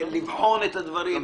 לבחון את הדברים.